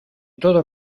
todo